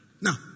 Now